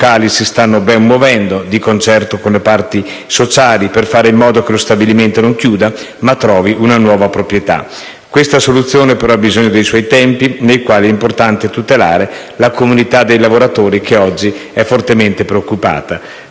locali si stanno muovendo bene di concerto con le parti sociali per fare in modo che lo stabilimento non chiuda, ma trovi una nuova proprietà; questa soluzione, però, ha bisogno dei suoi tempi, nei quali è importante tutelare la comunità dei lavoratori che oggi è fortemente preoccupata.